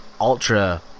ultra